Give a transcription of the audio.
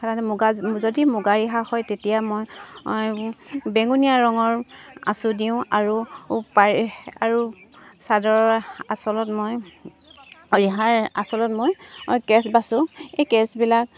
তাৰ মুগা যদি মুগা ৰিহা হয় তেতিয়া মই বেঙুনীয়া ৰঙৰ আঁচু দিওঁ আৰু পাৰি আৰু চাদৰ আঁচলত মই ৰিহাৰ আঁচলত মই কেচ বাছোঁ এই কেচবিলাক